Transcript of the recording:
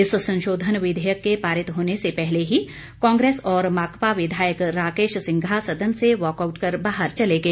इस संशोधन विधेयक के पारित होने से पहले ही कांग्रेस और माकपा विधायक राकेश सिंघा सदन से वाकआउट कर बाहर चले गए